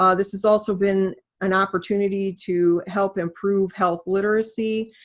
um this has also been an opportunity to help improve health literacy.